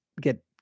get